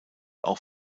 auch